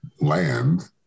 land